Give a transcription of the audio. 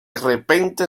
repente